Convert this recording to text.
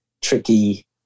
tricky